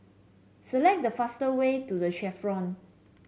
select the faster way to The Chevrons